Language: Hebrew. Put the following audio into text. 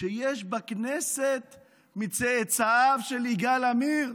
שיש בכנסת מצאצאיו של יגאל עמיר?